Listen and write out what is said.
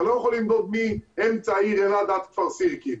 אתה לא יכול למדוד מאמצע העיר אלעד עד כפר סירקין.